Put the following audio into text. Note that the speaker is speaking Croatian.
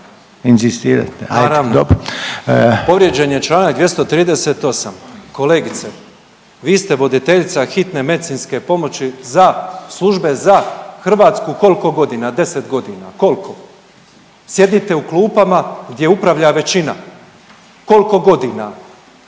Povrijeđen je Članak 238., kolegice vi ste voditeljica hitne medicinske pomoći za službe za Hrvatsku koliko godina, 10 godina, koliko? Sjedite u klupama gdje upravlja većina. Koliko godina?